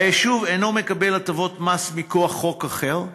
היישוב אינו מקבל הטבות מס מכוח חוק אחר.